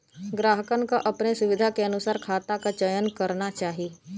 ग्राहकन के अपने सुविधा के अनुसार खाता क चयन करना चाही